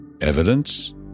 evidence